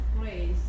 grace